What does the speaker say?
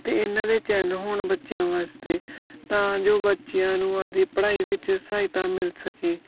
ਅਤੇ ਇਹਨਾਂ ਦੇ ਚੈਨਲ ਹੋਣ ਬੱਚਿਆਂ ਵਾਸਤੇ ਤਾਂ ਜੋ ਬੱਚਿਆਂ ਨੂੰ ਆਪਣੀ ਪੜ੍ਹਾਈ ਵਿੱਚ ਸਹਾਇਤਾ ਮਿਲ ਸਕੇ